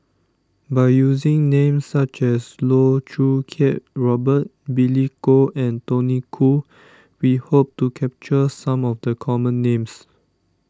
by using names such as Loh Choo Kiat Robert Billy Koh and Tony Khoo we hope to capture some of the common names